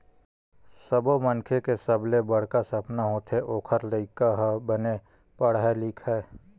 सब्बो मनखे के सबले बड़का सपना होथे ओखर लइका ह बने पड़हय लिखय